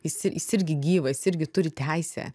jis i jis irgi gyvas irgi turi teisę